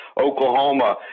Oklahoma